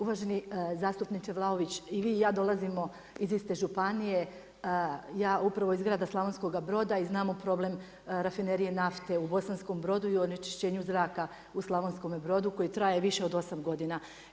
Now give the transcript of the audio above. Uvaženi zastupniče Vlaović, i vi i ja dolazimo iz iste županije, ja upravo iz grada Slavonskoga Broda i znamo problem rafinerije nafte u Bosanskom Brodu i onečišćenju zraka u Slavonskome Brodu koji traje više od 8 godina.